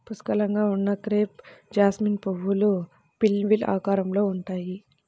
పుష్కలంగా ఉన్న crepe jasmine పువ్వులు పిన్వీల్ ఆకారంలో ఉంటాయి